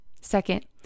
Second